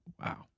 Wow